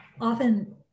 often